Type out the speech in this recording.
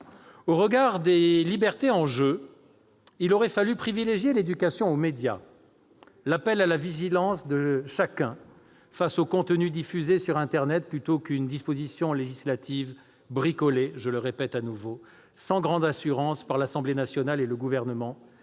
Au regard des libertés en jeu, il aurait fallu privilégier l'éducation aux médias, l'appel à la vigilance de chacun face aux contenus diffusés sur internet, plutôt qu'une disposition législative « bricolée » sans grande assurance par l'Assemblée nationale et le Gouvernement,